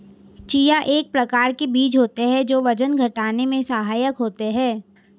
chia एक प्रकार के बीज होते हैं जो वजन घटाने में सहायक होते हैं